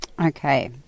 Okay